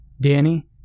Danny